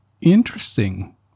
interesting